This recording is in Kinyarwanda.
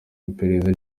iperereza